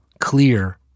clear